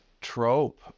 trope